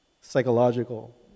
psychological